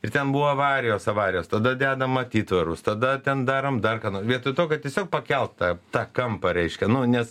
ir ten buvo avarijos avarijos tada dedam atitvarus tada ten darom dar ką vietoj to kad tiesiog pakelt tą tą kampą reiškia nu nes